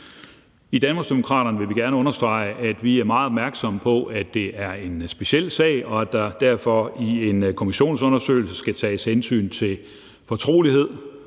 I Danmarksdemokraterne vil vi gerne understrege, at vi er meget opmærksomme på, at det er en speciel sag, og at der derfor i en kommissionsundersøgelse skal tages hensyn til fortrolighed.